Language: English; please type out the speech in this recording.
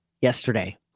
yesterday